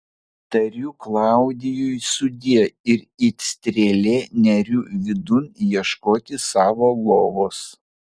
tariu klaudijui sudie ir it strėlė neriu vidun ieškoti savo lovos